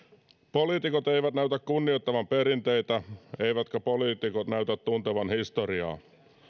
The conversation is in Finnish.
poliitikot eivät näytä kunnioittavan perinteitä eivätkä poliitikot näytä tuntevan historiaa